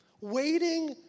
Waiting